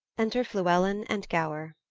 enter fluellen and gower.